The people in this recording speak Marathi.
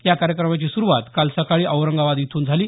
या कार्यक्रमाची सुरुवात काल सकाळी औरंगाबाद इथून झाली